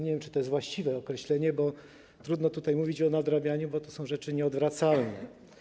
Nie wiem, czy to jest właściwe określenie, bo trudno tutaj mówić o nadrabianiu, bo to są rzeczy nieodwracalne.